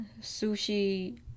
sushi